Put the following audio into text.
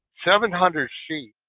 seven hundred feet,